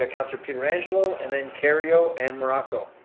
ah councillor pietrangelo and then kerrio and morocco.